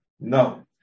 No